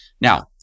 Now